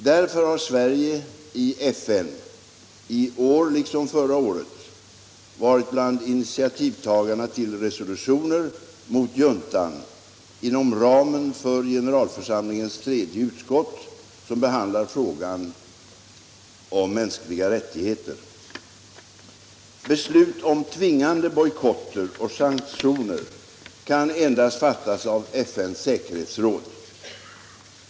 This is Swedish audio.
Därför har Sverige i FN, i år liksom förra året, varit bland initiativtagarna till resolutioner mot juntan inom ramen för generalförsamlingens tredje utskott som behandlar frågor om mänskliga rättigheter. Beslut om tvingande bojkotter och sanktioner kan endast fattas av FN:s säkerhetsråd.